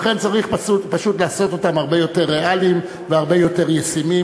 לכן צריך פשוט לעשות אותם הרבה יותר ריאליים והרבה יותר ישימים.